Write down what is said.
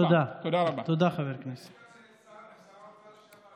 חבר הכנסת בצלאל סמוטריץ', בבקשה.